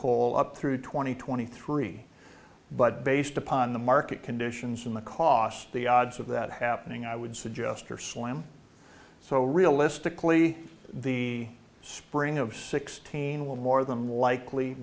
coal up through two thousand and twenty three but based upon the market conditions and the cost the odds of that happening i would suggest are slim so realistically the spring of sixteen will more than likely